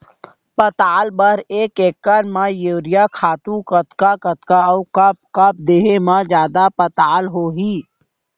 पताल बर एक एकड़ म यूरिया खातू कतका कतका अऊ कब कब देहे म जादा पताल होही?